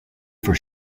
for